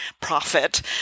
profit